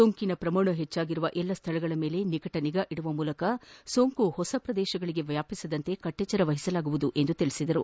ಸೋಂಕಿನ ಶ್ರಮಾಣ ಹೆಚ್ಚಾಗಿರುವ ಎಲ್ಲಾ ಸ್ವಳಗಳ ಮೇಲೆ ನಿಕಟ ನಿಗಾ ಇಡುವ ಮೂಲಕ ಸೋಂಕು ಹೊಸ ಪ್ರದೇಶಗಳಿಗೆ ವ್ಯಾಪಿಸದಂತೆ ಕಟ್ಟೆಚ್ಚರ ವಹಿಸಲಾಗುವುದು ಎಂದು ಅವರು ತಿಳಿಸಿದರು